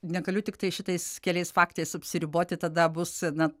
negaliu tiktai šitais keliais faktais apsiriboti tada bus na